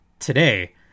today